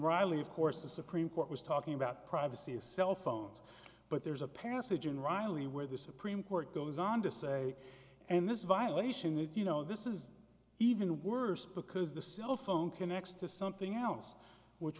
riley of course the supreme court was talking about privacy cell phones but there's a passage in riley where the supreme court goes on to say and this violation that you know this is even worse because the cell phone connects to something else which